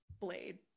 Blade